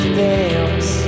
dance